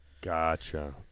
Gotcha